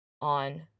on